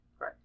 Right